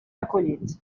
acollit